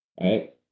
Right